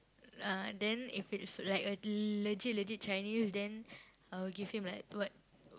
ah then if it's like a legit legit Chinese then I will give him like what